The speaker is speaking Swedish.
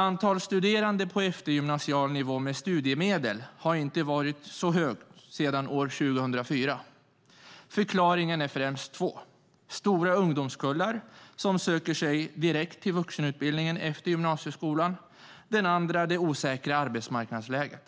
Antalet studerande på eftergymnasial nivå med studiemedel har inte varit så stort sedan år 2004. Förklaringarna är främst två, nämligen stora ungdomskullar som söker sig till vuxenutbildningen direkt efter gymnasieskolan och det osäkra arbetsmarknadsläget.